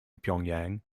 pyongyang